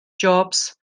jobs